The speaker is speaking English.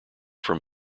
from